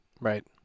Right